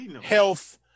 health